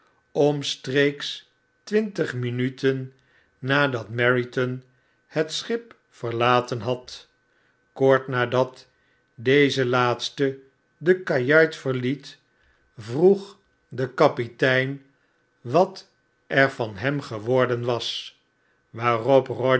omstreeks twintig minuten nadat meriton het schip verlaten had kort nadat deze laatste de kajuit verliet vroeg de kapitein wat er van hem geworden was waarop